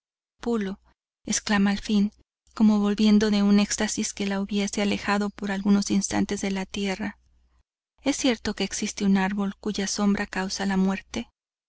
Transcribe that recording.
pulo exclama al fin como volviendo de un éxtasis que la hubiese alejado por algunos instantes de la tierra es cierto que existe un árbol cuya sombra causa la muerte